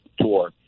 tour